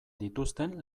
dituzten